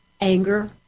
anger